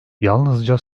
yalnızca